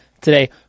today